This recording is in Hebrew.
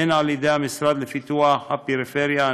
הן על-ידי המשרד לפיתוח הפריפריה,